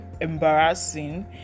embarrassing